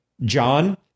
John